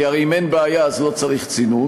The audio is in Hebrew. כי הרי אם אין בעיה אז לא צריך צינון.